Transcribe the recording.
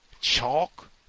chalk